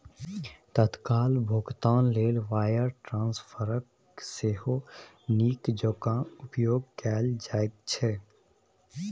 तत्काल भोगतान लेल वायर ट्रांस्फरकेँ सेहो नीक जेंका उपयोग कैल जाइत छै